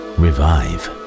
revive